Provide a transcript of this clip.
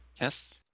Yes